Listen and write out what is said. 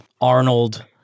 Arnold